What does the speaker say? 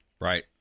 Right